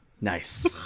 Nice